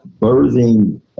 birthing